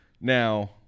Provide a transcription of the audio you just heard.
Now